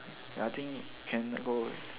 ya I think can go